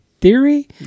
theory